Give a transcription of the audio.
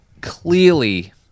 clearly